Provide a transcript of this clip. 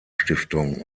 stiftung